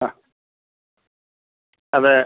ആ അതെ